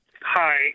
Hi